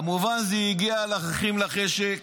כמובן שזה הגיע לאחים לחשק.